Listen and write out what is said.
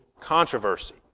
controversy